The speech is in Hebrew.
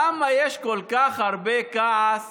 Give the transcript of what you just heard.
למה יש כל כך הרבה כעס